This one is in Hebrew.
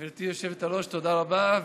גברתי היושבת-ראש, תודה רבה.